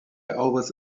always